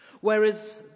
Whereas